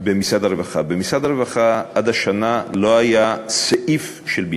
במשרד הרווחה, עד השנה, לא היה סעיף של בינוי.